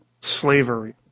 slavery